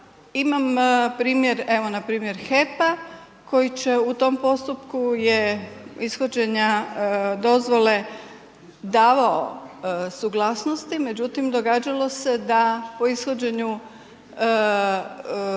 Imam primjer, evo npr. HEP-a koji će u tom postupku je ishođenja dozvole davao suglasnosti, međutim, događalo se da po ishođenju